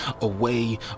away